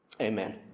Amen